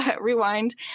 Rewind